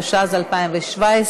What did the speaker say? התשע"ז 2017,